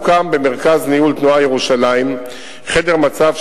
הוקם במרכז ניהול תנועה ירושלים חדר מצב,